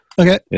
Okay